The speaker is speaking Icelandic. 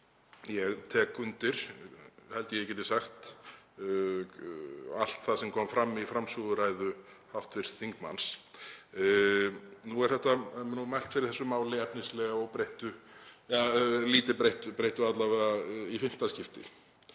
Ég tek undir, held ég að ég geti sagt, allt það sem kom fram í framsöguræðu hv. þingmanns. Nú er mælt fyrir þessu máli efnislega óbreyttu eða lítið breyttu alla vega í fimmta skipti.